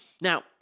Now